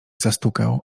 zastukał